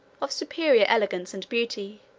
of superior elegance and beauty,